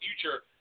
future